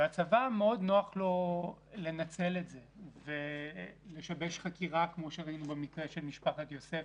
לצבא מאוד נוח לנצל את זה ולשבש חקירה כמו שראינו במקרה של משפחת יוספי,